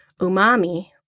umami